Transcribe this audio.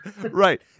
Right